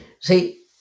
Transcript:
See